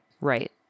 Right